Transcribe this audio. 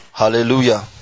Hallelujah